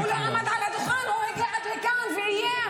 הוא לא עמד על הדוכן, הוא הגיע עד לכאן ואיים.